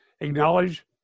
Acknowledge